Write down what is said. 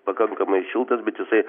pakankamai šiltas bet jisai